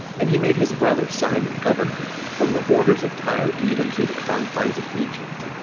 and he made his brother, simon, governor, from the borders of tyre even to the confines of egypt.